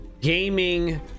gaming